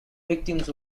victims